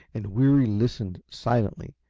and weary listened silently,